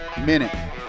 Minute